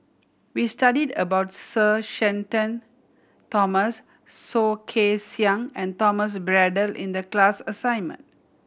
we studied about Sir Shenton Thomas Soh Kay Siang and Thomas Braddell in the class assignment